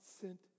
sent